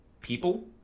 people